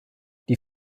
die